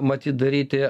matyt daryti